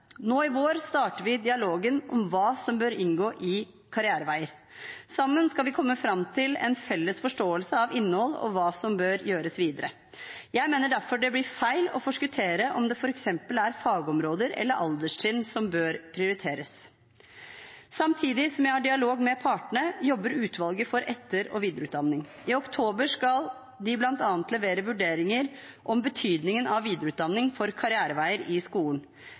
I vår starter vi dialogen om hva som bør inngå i karriereveier. Sammen skal vi komme fram til en felles forståelse av innhold og hva som bør gjøres videre. Jeg mener derfor det blir feil å forskuttere om det f.eks. er fagområder eller alderstrinn som bør prioriteres. Samtidig som jeg har dialog med partene, jobber utvalget for etter- og videreutdanning. I oktober skal de bl.a. levere vurderinger om betydningen av videreutdanning for karriereveier i skolen.